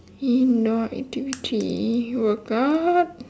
indoor activity workout